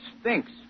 stinks